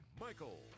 Michael